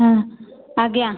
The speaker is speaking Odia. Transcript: ହଁ ଆଜ୍ଞା